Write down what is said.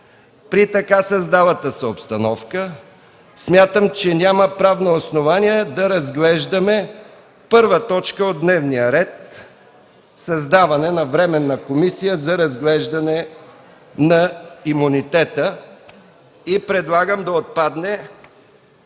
При така създалата се обстановка, смятам, че нямаме правно основание да разглеждаме първа точка от дневния ред – създаване на Временна комисия за разглеждане на имунитета. Предлагам да отпадне